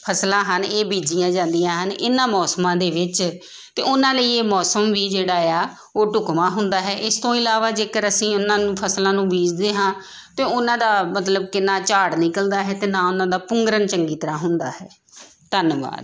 ਫਸਲਾਂ ਹਨ ਇਹ ਬੀਜੀਆਂ ਜਾਂਦੀਆਂ ਹਨ ਇਹਨਾਂ ਮੌਸਮਾਂ ਦੇ ਵਿੱਚ ਅਤੇ ਉਹਨਾਂ ਲਈ ਇਹ ਮੌਸਮ ਵੀ ਜਿਹੜਾ ਆ ਉਹ ਢੁੱਕਵਾਂ ਹੁੰਦਾ ਹੈ ਇਸ ਤੋਂ ਇਲਾਵਾ ਜੇਕਰ ਅਸੀਂ ਉਹਨਾਂ ਨੂੰ ਫਸਲਾਂ ਨੂੰ ਬੀਜਦੇ ਹਾਂ ਤਾਂ ਉਹਨਾਂ ਦਾ ਮਤਲਬ ਕਿੰਨਾ ਝਾੜ ਨਿਕਲਦਾ ਹੈ ਅਤੇ ਨਾ ਉਹਨਾਂ ਦਾ ਪੁੰਗਰਨ ਚੰਗੀ ਤਰ੍ਹਾਂ ਹੁੰਦਾ ਹੈ ਧੰਨਵਾਦ